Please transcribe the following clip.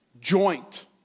joint